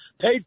paid